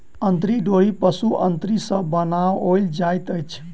अंतरी डोरी पशुक अंतरी सॅ बनाओल जाइत अछि